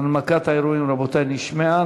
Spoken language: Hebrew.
הנמקת הערעורים נשמעה.